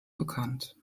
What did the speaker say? bekannt